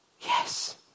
Yes